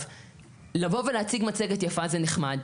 לבוא ולהציג מצגת יפה זה נחמד.